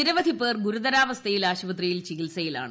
നിരവധിപേർ ഗുരുതരാവസ്ഥയിൽ ആശുപത്രിയിൽ ചികിത്സയിലാണ്